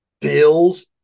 bills